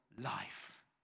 life